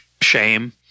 shame